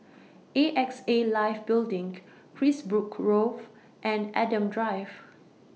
A X A Life Building Carisbrooke Grove and Adam Drive